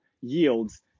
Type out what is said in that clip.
yields